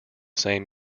same